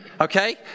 Okay